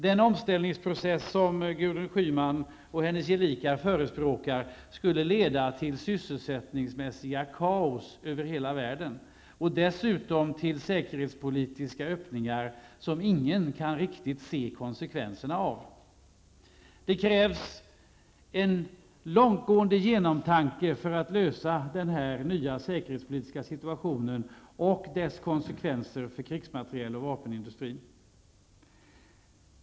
Den omställningsprocess som Gudrun Schyman och hennes gelikar förespråkar skulle om den förverkligades leda till kaos sysselsättningsmässigt över hela världen och dessutom till säkerhetspolitiska öppningar vars konsekvenser ingen riktigt kan föreställa sig. Det krävs att man långtgående tänker igenom detta när det gäller att lösa frågorna kring den nya säkerhetspolitiska situationen och konsekvenserna härav för krigsmateriel och vapenindustrin.